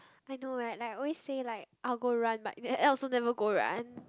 I know right like always say like I'll go run but in the end also never go run